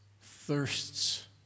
thirsts